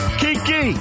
kiki